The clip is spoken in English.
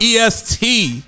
EST